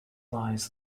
lies